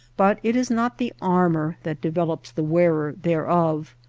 but it is not the armor that develops the wearer thereof.